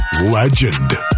legend